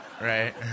Right